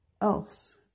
else